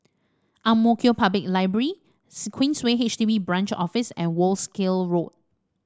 Ang Mo Kio Public Library Queensway H D B Branch Office and Wolskel Road